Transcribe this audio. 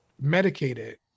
medicated